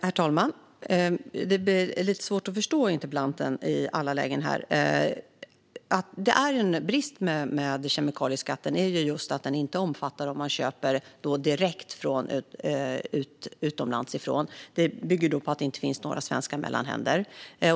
Herr talman! Det är lite svårt att i alla lägen förstå interpellanten. En brist med kemikalieskatten är just att den inte omfattar köp som görs direkt från utlandet. Det bygger på att det inte finns några svenska mellanhänder.